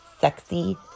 sexy